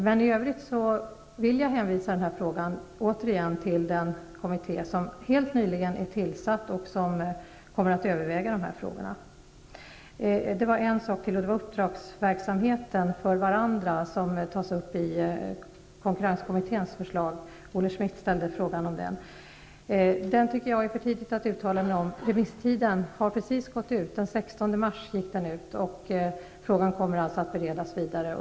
I övrigt vill jag återigen hänvisa till den kommitté som helt nyligen har tillsatts och som kommer att överväga de här frågorna. Olle Schmidt ställde en fråga om uppdragsverksamhet för andra, och den tas upp i konkurrenskommitténs förslag. Det är för tidigt att uttala sig om den frågan, då remisstiden gick ut den 16 mars och frågan kommer att beredas vidare.